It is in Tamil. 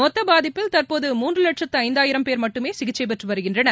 மொத்த பாதிப்பில் தற்போது மூன்று வட்சத்து ஐந்தாயிரம் பேர் மட்டுமே சிகிச்சை பெற்று வருகின்றனர்